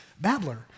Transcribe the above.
babbler